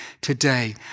today